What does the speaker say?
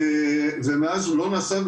ומאז הוא לא נעשה.